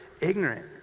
ignorant